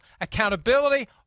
accountability